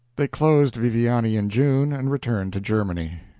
they closed viviani in june and returned to germany.